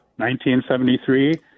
1973